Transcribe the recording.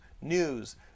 news